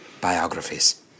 biographies